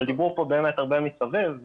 דיברו פה באמת הרבה מסביב,